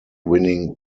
winning